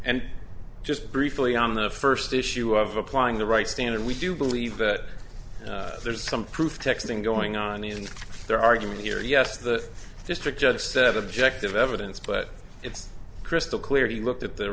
and just briefly on the first issue of applying the right standard we do believe that there's some proof texting going on in their argument here yes the district judge said objective evidence but it's crystal clear he looked at the